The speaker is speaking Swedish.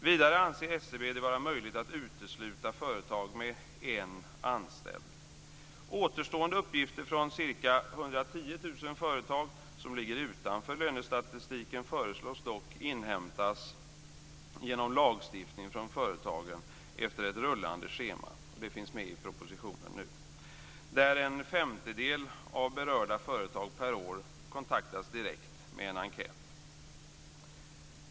Vidare anser SCB att det är möjligt att utesluta företag med en anställd. Återstående uppgifter från ca 110 000 företag som ligger utanför lönestatistiken föreslås dock inhämtas genom lagstiftning efter ett rullande schema; det här finns med i propositionen. En femtedel av de berörda företagen per år konktaktas direkt med en enkät.